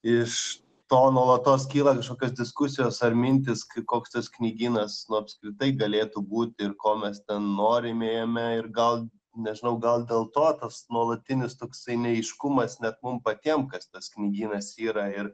iš to nuolatos kyla kažkokios diskusijos ar mintys koks tas knygynas apskritai galėtų būti ir ko mes ten norime jame ir gal nežinau gal dėl to tas nuolatinis toksai neaiškumas net mum patiem kas tas knygynas yra ir